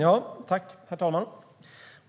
Herr talman!